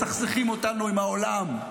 מסכסכים אותנו עם העולם,